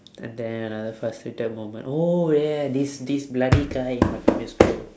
and then another frustrated moment oh ya this this bloody guy in my primary school